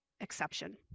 exception